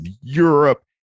Europe